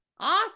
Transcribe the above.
Awesome